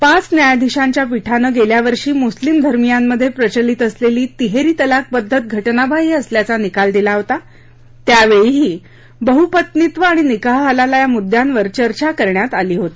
पाच न्यायाधिशांच्या पीठानं गेल्या वर्षी मुस्लिम धर्मियांमध्ये प्रचलित असलेली तिहेरी तलाक पद्धत घटनाबाह्य असल्याचा निकाल दिला होता त्यावेळीही बहुपत्नीत्व आणि निकाह हलाला या मुद्यांवर चर्चा करण्यात आली होती